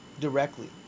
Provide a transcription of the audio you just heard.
directly